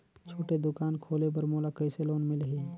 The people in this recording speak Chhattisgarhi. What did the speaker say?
छोटे दुकान खोले बर मोला कइसे लोन मिलही?